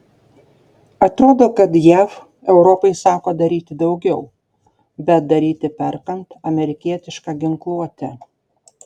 atrodo kad jav europai sako daryti daugiau bet daryti perkant amerikietišką ginkluotę